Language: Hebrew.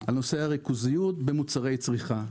דיברתם על נושא הריכוזיות במוצרי צריכה.